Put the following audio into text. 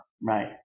Right